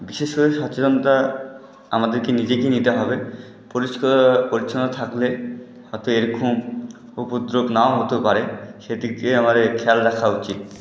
বিশেষ করে সচেতনতা আমাদেরকে নিজেকেই নিতে হবে পরিষ্কার পরিচ্ছন্ন থাকলে হয়তো এরকম উপদ্রব নাও হতে পারে সেদিক দিয়ে আমাদের খেয়াল রাখা উচিত